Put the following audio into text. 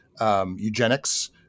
eugenics